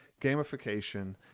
gamification